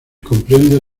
comprende